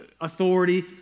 authority